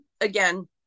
again